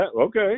okay